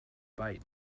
byte